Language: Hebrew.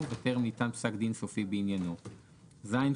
בתום התקופה ימנה השר משקיפים מקרב רשויות ניקוז